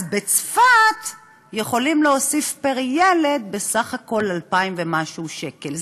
אז בצפת יכולים להוסיף פר-ילד בסך הכול 2,000 ומשהו שקל.